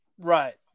Right